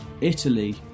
Italy